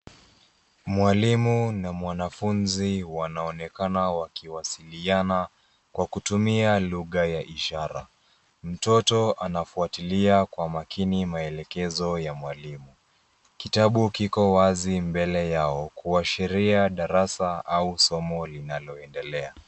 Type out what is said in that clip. Mwalimu na mwanafunzi wanaonekana wakiwasiliana kwa kutumia lugha ya ishara. Mtoto anafuatilia kwa makini maelekezo ya mwalimu. Kitabu kiko wazi mbele yao, kuashiria darasa au somo linaloendelea.